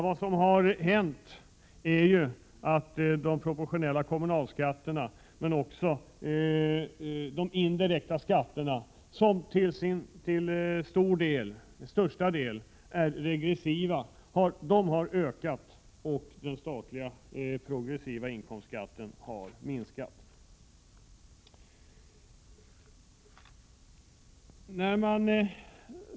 Det som hänt är att de proportionella kommunalskatterna men också de indirekta skatterna, som till största delen är regressiva, har ökat medan den statliga, progressiva inkomstskatten har minskat.